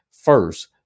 first